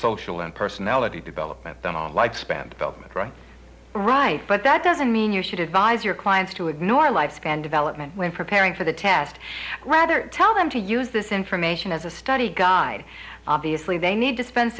social and personality development then our life span development run right but that doesn't mean you should advise your clients to ignore life span development when preparing for the test rather tell them to use this information as a study guide obviously they need to spend